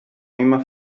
misma